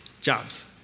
Jobs